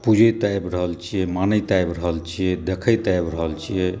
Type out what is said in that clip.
पुजैत आबि रहल छियै मानैत आबि रहल छियै देखैत आबि रहल छियै